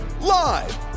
live